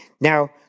now